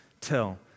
tell